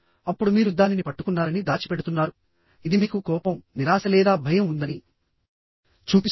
అప్పుడు మీరు దానిని పట్టుకున్నారని దాచిపెడుతున్నారు ఇది మీకు కోపం నిరాశ లేదా భయం ఉందని చూపిస్తుంది